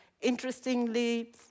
Interestingly